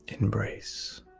Embrace